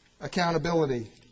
accountability